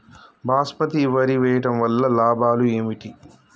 బాస్మతి వరి వేయటం వల్ల లాభాలు ఏమిటి?